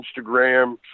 Instagram